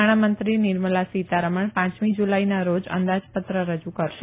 નાણામંત્રી નિર્મલા સીતારમણ પાંચમી જુલાઈના રોજ અંદાજપત્ર રજૂ કરશે